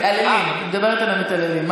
היא מדברת על המתעללים.